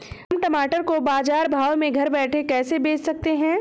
हम टमाटर को बाजार भाव में घर बैठे कैसे बेच सकते हैं?